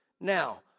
Now